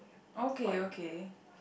okay okay